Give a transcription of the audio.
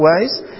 ways